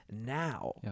now